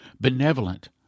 Benevolent